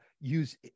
use